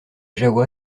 jahoua